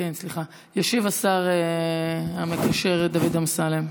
ישיב השר המקשר דוד אמסלם.